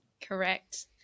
Correct